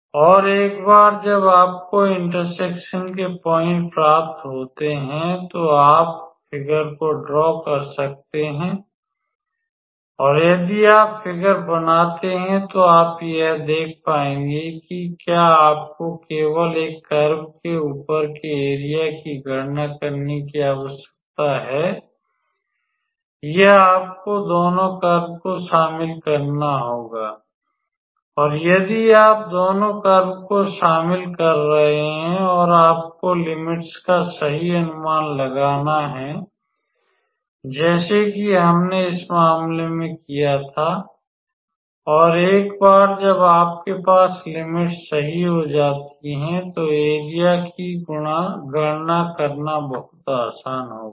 और एक बार जब आपको इंटरसेक्सन के पॉइंट प्राप्त होते हैं तो आप फ़िगर को ड्रॉ कर सकते हैं और यदि आप फ़िगर बनाते हैं तो आप यह देख पाएंगे कि क्या आपको केवल एक कर्व के ऊपर के एरिया की गणना करने की आवश्यकता है या आपको दोनों कर्व को शामिल करना होगा और यदि आप दोनों कर्व्स को शामिल कर रहे हैं और आपको लिमिट्स का सही अनुमान लगाना है जैसे कि हमने इस मामले में किया था और एक बार जब आपके पास लिमिट्स सही हो जाती हैं तो एरिया की गणना करना बहुत आसान होगा